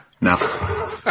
Now